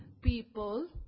people